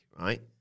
right